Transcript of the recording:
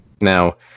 Now